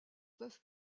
peuvent